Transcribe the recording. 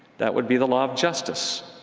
that would be the law of justice.